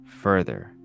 further